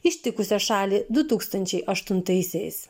ištikusią šalį du tūkstančiai aštuntaisiais